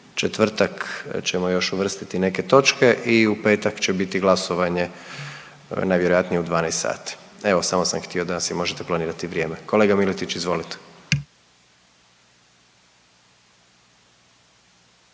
četvrtak ćemo još uvrstiti neke točke i u petak će biti glasovanje najvjerojatnije u 12,00 dati. Evo samo sam htio da si možete planirati vrijeme. Kolega Miletić izvolite.